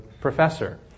professor